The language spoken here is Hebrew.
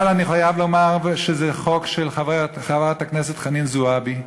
אבל אני חייב לומר שזה חוק של חברת הכנסת חנין זועבי,